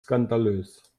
skandalös